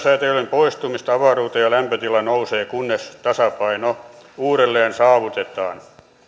poistumista avaruuteen ja lämpötila nousee kunnes tasapaino uudelleen saavutetaan